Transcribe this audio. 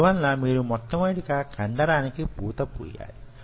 అందువలన మీరు మొట్టమొదటిగా కండరానికి పూత పూయాలి